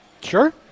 Sure